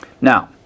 Now